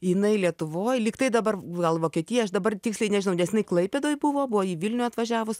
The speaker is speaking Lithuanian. jinai lietuvoj lyg tai dabar gal vokietijoj aš dabar tiksliai nežinau nes jinai klaipėdoj buvo buvo į vilnių atvažiavus